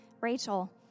Rachel